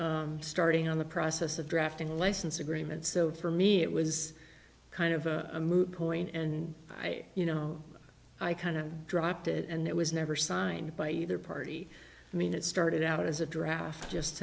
starting on the process of drafting license agreement so for me it was kind of a moot point and i you know i kind of dropped it and it was never signed by either party i mean it started out as a draft just